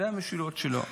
זאת המשילות שלו.